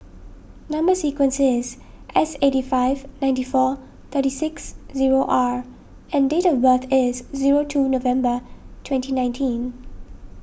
Number Sequence is S eighty five ninety four thirty six zero R and date of birth is zero two November twenty nineteen